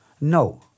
No